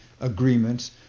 agreements